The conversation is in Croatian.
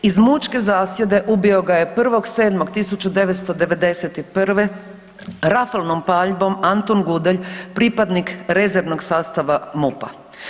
Iz mučke zasjede ubio ga je 1.7.1991. rafalnom paljbom Antun Gudelj pripadnik rezervnog sastava MUP-a.